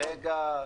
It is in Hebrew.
רגע,